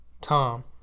tom